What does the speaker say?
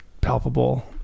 palpable